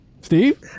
Steve